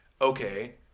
okay